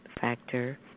factor